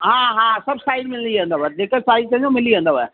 हा हा सभु साइज़ मिली वेंदव जेका साइज़ चवंदा मिली वेंदव